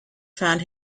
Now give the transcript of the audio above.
found